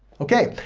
ok,